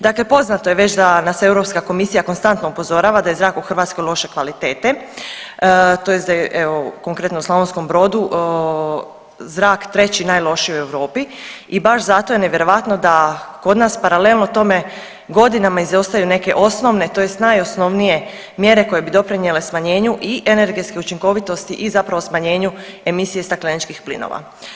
Dakle, poznato je već da nas Europska komisija konstantno upozorava da je zrak u Hrvatskoj loše kvalitete tj. da je evo konkretno u Slavonskom Brodu zrak treći najlošiji u Europi i baš zato je nevjerojatno da kod nas paralelno tome godinama izostaju neke osnovne tj. najosnovnije mjere koje bi doprinjele smanjenju i energetske učinkovitosti i zapravo smanjenju emisije stakleničkih plinova.